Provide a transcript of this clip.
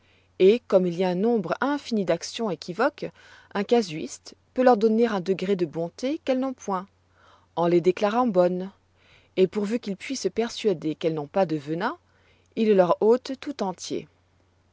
et comme il y a un nombre infini d'actions équivoques un casuiste peut leur donner un degré de bonté qu'elles n'ont point en les qualifiant telles et pourvu qu'il puisse persuader qu'elles n'ont pas de venin il le leur ôte tout entier